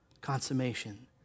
consummation